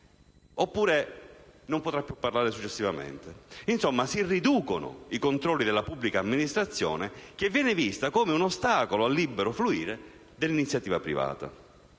oppure non potrà più parlare successivamente. Insomma si riducono i controlli della pubblica amministrazione, che viene vista come un ostacolo al libero fluire dell'iniziativa privata.